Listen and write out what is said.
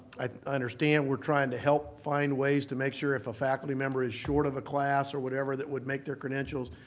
i understand we're trying to help find ways to make sure if a faculty member is short of a class or whatever that would make their credentials,